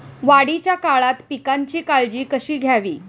वाढीच्या काळात पिकांची काळजी कशी घ्यावी?